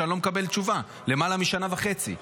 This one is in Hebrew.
שאני לא מקבל תשובה עליהן למעלה משנה וחצי.